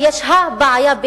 ויש הבעיה,